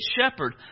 shepherd